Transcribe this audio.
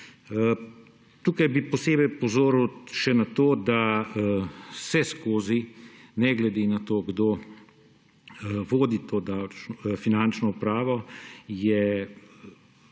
Tukaj bi posebej opozoril še na to, da je vseskozi, ne glede na to, kdo vodi to Finančno upravo,